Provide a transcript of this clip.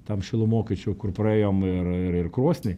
tam šilumokaičio kur praėjom ir ir ir krosny